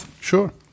sure